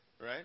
right